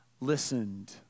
listened